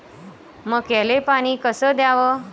मक्याले पानी कस द्याव?